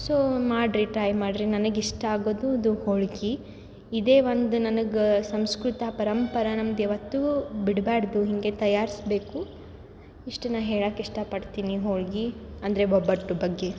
so ಮಾಡ್ರಿ try ಮಾಡ್ರಿ ನನಗೆ ಇಷ್ಟ ಆಗೋದು ಇದು ಹೋಳ್ಗೆ ಇದೇ ಒಂದು ನನಗೆ ಸಂಸ್ಕೃತ ಪರಂಪರೆ ನಮ್ದು ಯಾವತ್ತಿಗು ಬಿಡ್ಬಾರ್ದು ಹಿಂಗೆ ತಯಾರಿಸ್ಬೇಕು ಇಷ್ಟು ನಾ ಹೇಳೋಕ್ ಇಷ್ಟ ಪಡ್ತೀನಿ ಹೋಳ್ಗೆ ಅಂದರೆ ಒಬ್ಬಟ್ಟು ಬಗ್ಗೆ